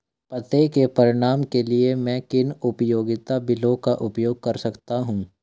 पते के प्रमाण के लिए मैं किन उपयोगिता बिलों का उपयोग कर सकता हूँ?